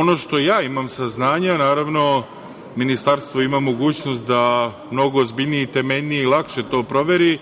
ono što imam saznanja, naravno Ministarstvo ima mogućnost da mnogo ozbiljnije, temeljnije i lakše to proveri,